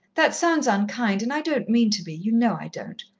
that sounds unkind, and i don't mean to be you know i don't.